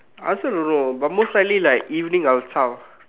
I also don't like but most likely like evening I will zhao